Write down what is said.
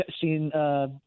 seen –